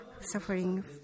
suffering